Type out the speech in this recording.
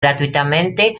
gratuitamente